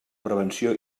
prevenció